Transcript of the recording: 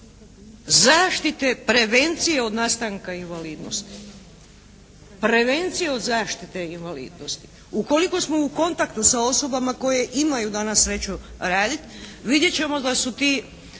zaštite prevencije od nastanka invalidnosti. Prevencije od zaštite invalidnosti. Ukoliko smo u kontaktu sa osobama koje imaju danas sreću raditi, vidjet ćemo da su ti,